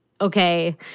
okay